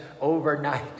overnight